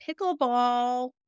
pickleball